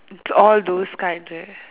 it's all those kind right